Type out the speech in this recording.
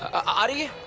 auntie!